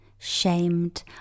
shamed